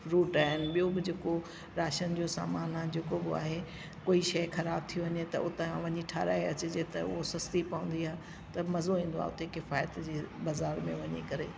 fruit आहिनि ॿियों बि जेको राशन जो समान आहे जेको बि आहे कोई शइ ख़राब थी वञे त उतां वञी ठाहिराए अचजे त उहा सुस्ती पवंदी आहे त मज़ो ईंदो आहे उते किफ़ायती बज़ार में वञी करे